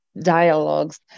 dialogues